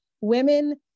women